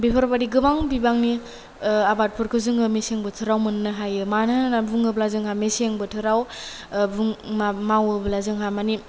बेफोरबादि गोबां बिबांनि आबादफोरखौ जोङो मेसें बोथोराव मोननो हायो मानो होनानै बुङोब्ला जोंहा मेसें बोथोराव बुं मा मावोब्ला जोंहा मानि